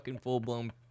full-blown